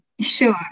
Sure